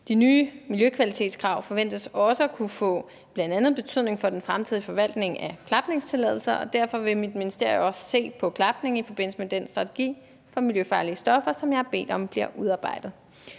De nye miljøkvalitetskrav forventes også bl.a. at kunne få betydning for den fremtidige forvaltning af klapningstilladelser, og derfor vil mit ministerium også se på klapning i forbindelse med den strategi for miljøfarlige stoffer, som jeg har bedt om bliver udarbejdet.